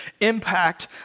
impact